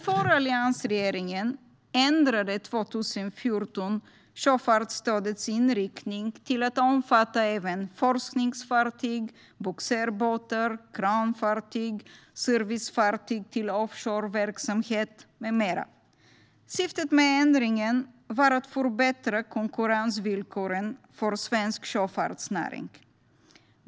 Alliansregeringen ändrade 2014 sjöfartsstödets inriktning till att omfatta även forskningsfartyg, bogserbåtar, kranfartyg, servicefartyg till offshoreverksamhet med mera. Syftet med ändringen var att förbättra konkurrensvillkoren för svensk sjöfartsnäring.